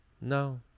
No